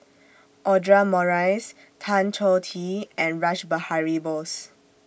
Audra Morrice Tan Choh Tee and Rash Behari Bose